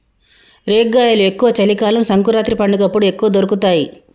రేగ్గాయలు ఎక్కువ చలి కాలం సంకురాత్రి పండగప్పుడు ఎక్కువ దొరుకుతాయి